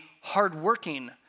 hardworking